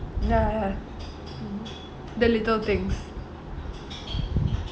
ya ya mmhmm the little things